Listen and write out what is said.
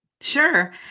Sure